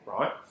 right